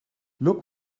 look